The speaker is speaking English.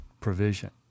provision